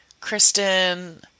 Kristen